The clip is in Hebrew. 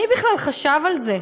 מי בכלל חשב על זה,